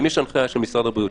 אם יש הנחיה של משרד הבריאות,